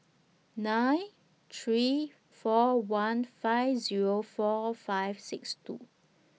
nine three four one five Zero four five six two